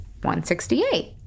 168